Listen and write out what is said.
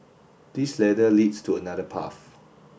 this ladder leads to another path